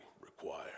require